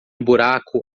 buraco